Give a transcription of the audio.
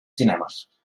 cinemes